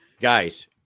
Guys